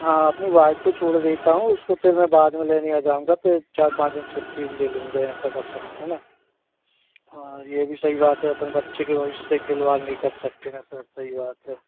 हाँ अपनी वाइफ को छोड़ देता हूँ उसको फिर मैं बाद में लेने आ जाऊँगा फिर चार पाँच दिन छुट्टी ले लूँगा ऐसा कर सकते है न हाँ य भी सही बात है अपन बच्चे के भविष्य से खिलवाड़ नहीं कर सकते ना सर सही बात है